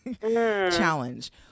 challenge